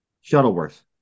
Shuttleworth